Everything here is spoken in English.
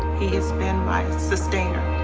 he has been my sustainer.